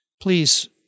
please